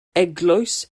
eglwys